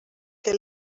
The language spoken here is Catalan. que